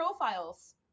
profiles